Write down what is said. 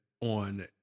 on